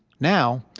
now,